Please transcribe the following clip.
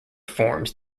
forms